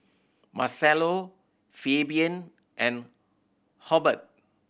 Marcello Fabian and Hubbard